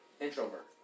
introvert